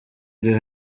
iriho